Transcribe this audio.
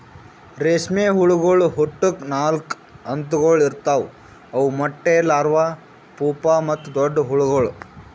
ರೇಷ್ಮೆ ಹುಳಗೊಳ್ ಹುಟ್ಟುಕ್ ನಾಲ್ಕು ಹಂತಗೊಳ್ ಇರ್ತಾವ್ ಅವು ಮೊಟ್ಟೆ, ಲಾರ್ವಾ, ಪೂಪಾ ಮತ್ತ ದೊಡ್ಡ ಹುಳಗೊಳ್